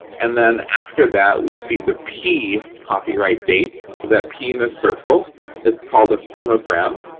and then after that, we see the p copyright date. so, that p in a circle is called a phonogram,